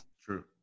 True